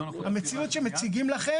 המציאות שמציגים לכם,